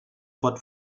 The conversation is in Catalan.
pot